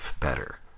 better